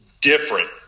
different